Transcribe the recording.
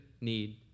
need